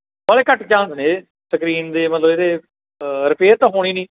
ਬੜੇ ਘੱਟ ਚਾਂਸ ਨੇ ਸਕਰੀਨ ਦੇ ਮਤਲਬ ਇਹਦੇ ਅ ਰਿਪੇਅਰ ਤਾਂ ਹੋਣੀ ਨਹੀਂ